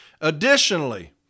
Additionally